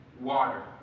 Water